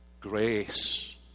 Grace